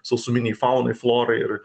sausuminei faunai florai ir